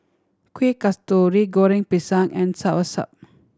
Kuih Kasturi Goreng Pisang and soursop